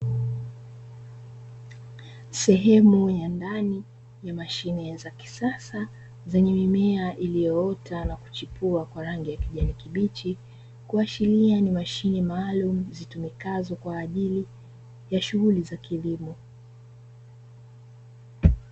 Sehemu ya ndani ya mashine za kisasa zenye mimea iliyoota na kuchipua kwa rangi ya kijani kibichi, kuashiria ni mashine maalumu zitumikazo kwa ajili ya shughuli za kilimo.